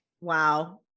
Wow